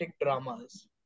dramas